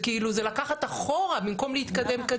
זה לקחת אחורה במקום להתקדם קדימה.